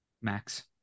Max